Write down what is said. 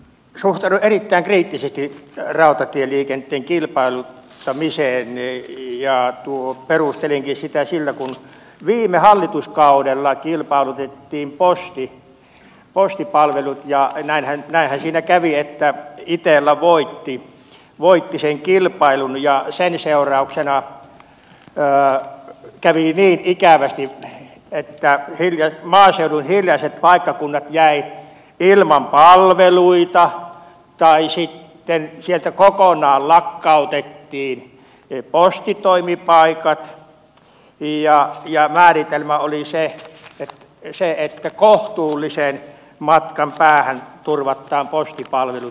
suhtaudun erittäin kriittisesti rautatieliikenteen kilpailuttamiseen ja perustelenkin sitä sillä että kun viime hallituskaudella kilpailutettiin postipalvelut näinhän siinä kävi että itella voitti sen kilpailun ja sen seurauksena kävi niin ikävästi että maaseudun hiljaiset paikkakunnat jäivät ilman palveluita tai sitten sieltä kokonaan lakkautettiin postitoimipaikat ja määritelmä oli se että kohtuullisen matkan päähän turvataan postipalvelut